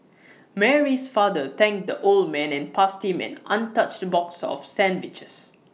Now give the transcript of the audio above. Mary's father thanked the old man and passed him an untouched box of sandwiches